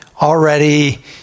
already